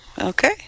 Okay